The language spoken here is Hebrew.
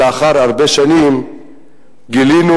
לאחר הרבה שנים גילינו,